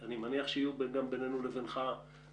אני אומר לוועדה שאנחנו מניחים את הדוחות בפניכם והם מפורסמים גם